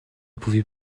pouvait